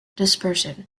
dispersion